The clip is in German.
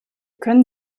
können